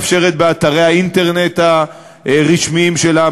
מאפשרת באתרי האינטרנט הרשמיים שלה,